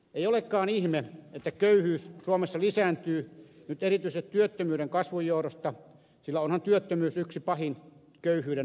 ei olekaan ihme että köyhyys suomessa lisääntyy nyt erityisesti työttömyyden kasvun johdosta sillä onhan työttömyys yksi pahimmista köyhyyden aiheuttajista